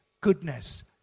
goodness